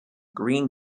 green